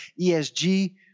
ESG